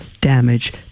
damage